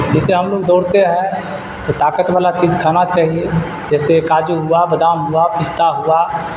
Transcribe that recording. جیسے ہم لوگ دوڑتے ہیں تو طاقت والا چیز کھانا چاہیے جیسے کاجو ہوا بادام ہوا پستا ہوا